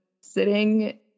sitting